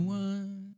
one